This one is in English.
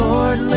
Lord